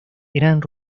eran